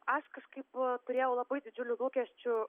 aš kažkaip turėjau labai didžiulių lūkesčių